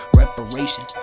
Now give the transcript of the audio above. reparation